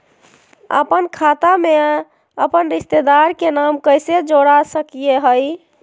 अपन खाता में अपन रिश्तेदार के नाम कैसे जोड़ा सकिए हई?